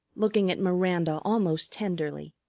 looking at miranda almost tenderly.